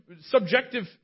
subjective